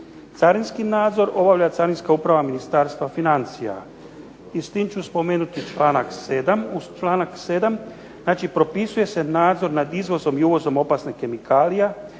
Carinski nadzor obavlja Carinska uprava Ministarstva financija. I s tim ću spomenuti čl. 7., uz čl. 7. znači propisuje se nadzor nad izvozom i uvozom opasnih kemikalija